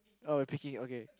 oh you are picking okay